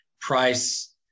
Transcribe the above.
price